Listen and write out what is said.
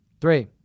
Three